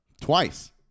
Twice